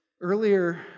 earlier